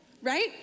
Right